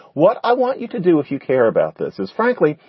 what i want you to do, if you care about this is frankly,